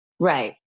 Right